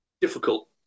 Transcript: difficult